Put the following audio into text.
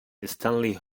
stanley